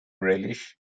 relish